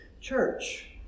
church